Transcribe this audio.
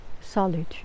solitude